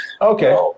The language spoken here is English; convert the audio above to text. Okay